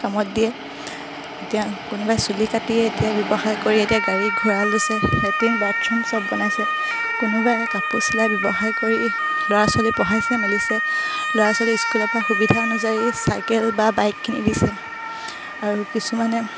কামত দিয়ে এতিয়া কোনোবাই চুলি কাটিয়ে এতিয়া ব্যৱসায় কৰিয়ে এতিয়া গাড়ী গুৰা দিছে লেট্ৰিন বাথৰুম চব বনাইছে কোনোবাই কাপোৰ চিলাই ব্যৱসায় কৰি ল'ৰা ছোৱালী পঢ়াইছে মেলিছে ল'ৰা ছোৱালী স্কুলৰপৰা সুবিধা অনুযায়ী চাইকেল বা বাইক কিনি দিছে আৰু কিছুমানে